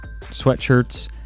sweatshirts